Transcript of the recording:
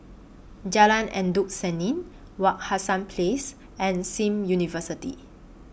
Jalan Endut Senin Wak Hassan Place and SIM University